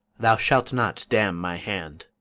thou shalt not damn my hand.